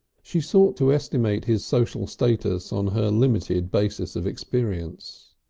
she sought to estimate his social status on her limited basis of experience.